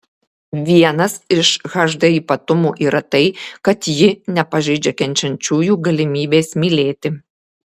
vienas iš hd ypatumų yra tai kad ji nepažeidžia kenčiančiųjų galimybės mylėti